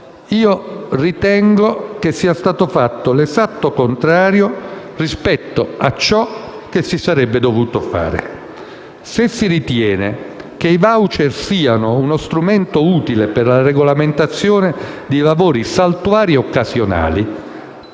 terreno sia stato fatto l'esatto contrario rispetto a ciò che si sarebbe dovuto fare. Se si ritiene che i *voucher* siano uno strumento utile per la regolamentazione di lavori saltuari e occasionali